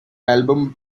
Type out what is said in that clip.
album